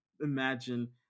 imagine